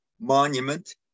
Monument